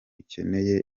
akeneye